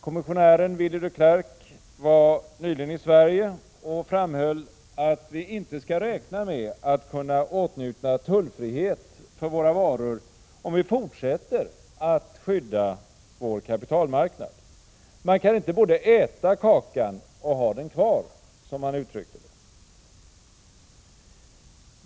Kommissionären Willy de Clercq var nyligen i Sverige och framhöll att vi inte skall räkna med att kunna åtnjuta tullfrihet för våra varor, om vi fortsätter att skydda vår kapitalmarknad. Man kan inte både äta kakan och ha den kvar, som han uttryckte det.